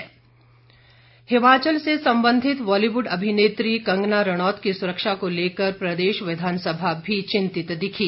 कंगना सुरक्षा हिमाचल से संबंधित बालीव्ड अभिनेत्री कंगना रणौत की सुरक्षा को लेकर प्रदेश विधानसभा भी चिंतित दिखी